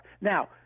Now